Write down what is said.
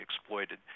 exploited